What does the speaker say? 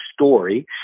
story